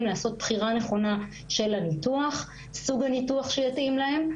לעשות בחירה נכונה של סוג הניתוח שיתאים להם.